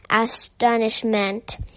astonishment